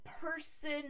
person